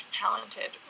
talented